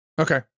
Okay